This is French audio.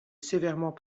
sévèrement